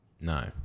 no